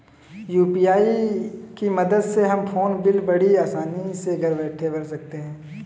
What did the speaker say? UPI की मदद से हम फ़ोन बिल बड़ी आसानी से घर बैठे भर सकते हैं